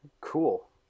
cool